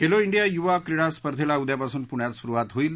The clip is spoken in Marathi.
खेलो डिया युवा क्रीडा स्पर्धेला उद्यापासून प्रण्यात सुरुवात होईल